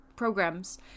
programs